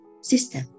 system